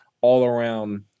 all-around